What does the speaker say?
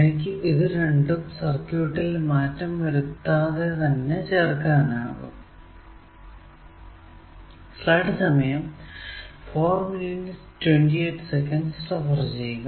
എനിക്ക് ഇത് രണ്ടും സർക്യൂട്ടിൽ മാറ്റം വരുത്താതെ തന്നെ ചേർക്കാനാകും